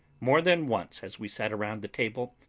more than once as we sat around the table,